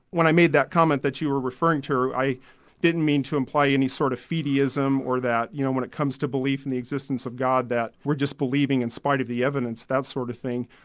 when i made that comment that you were referring to, i didn't mean to imply any sort of fideism or that you know when it comes to belief in the existence of god that we're just believing in spite of the evidence, that sort of thing.